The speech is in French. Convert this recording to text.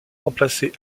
remplacé